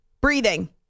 breathing